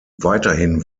weiterhin